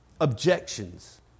objections